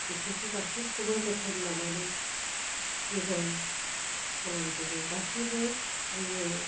बेफोरखौ गासिबखौबो जोथोन लानानै मोजां खालामजोबो गासिबो आंनियाव